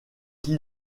qui